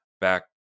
back